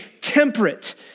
temperate